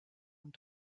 und